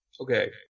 okay